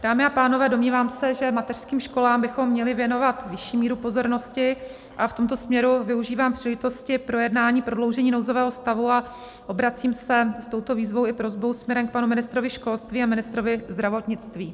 Dámy a pánové, domnívám se, že mateřským školám bychom měli věnovat vyšší míru pozornosti, a v tomto směru využívám příležitosti projednání prodloužení nouzového stavu a obracím se s touto výzvou i prosbou směrem k panu ministrovi školství a ministrovi zdravotnictví.